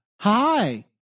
Hi